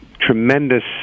Tremendous